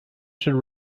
should